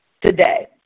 today